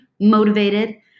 motivated